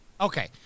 Okay